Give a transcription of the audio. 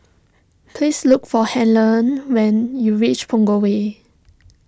please look for Helen when you reach Punggol Way